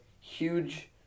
huge